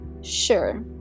sure